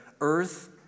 earth